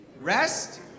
rest